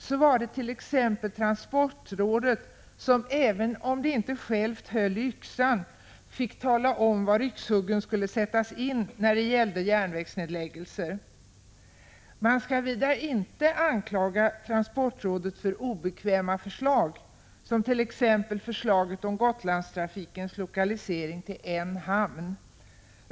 Så var det t.ex. transportrådet som, även om det inte självt höll i yxan, fick tala om var yxhuggen skulle sättas in när det gällde järnvägsnedläggelser. Man skall vidare inte anklaga transportrådet för obekväma förslag, t.ex. förslaget om Gotlandstrafikens lokalisering till er hamn.